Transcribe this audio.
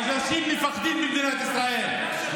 אנשים מפחדים במדינת ישראל,